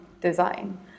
design